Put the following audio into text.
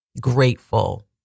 grateful